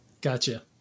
Gotcha